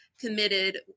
committed